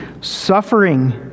suffering